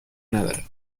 نداره